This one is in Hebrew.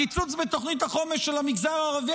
הקיצוץ בתוכנית החומש של המגזר הערבי